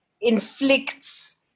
inflicts